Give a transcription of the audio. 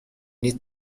need